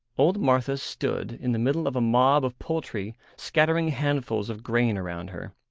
old martha stood in the middle of a mob of poultry scattering handfuls of grain around her.